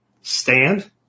Stand